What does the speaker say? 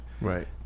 Right